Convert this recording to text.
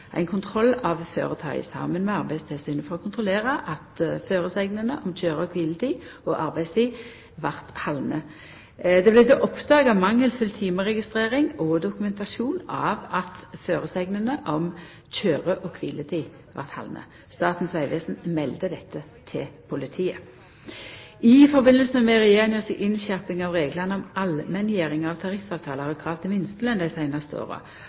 ein kontroll av føretaket saman med Arbeidstilsynet for å kontrollera at føresegnene om køyre- og kviletid og arbeidstid vart haldne. Det vart då oppdaga mangelfull timeregistrering og dokumentasjon av at føresegnene om køyre- og kviletid vart haldne. Statens vegvesen melde dette til politiet. I samband med Regjeringa si innskjerping av reglane om allmenngjering av tariffavtalar og krav til minstelønn dei seinaste åra